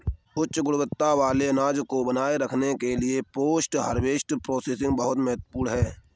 उच्च गुणवत्ता वाले अनाज को बनाए रखने के लिए पोस्ट हार्वेस्ट प्रोसेसिंग बहुत महत्वपूर्ण है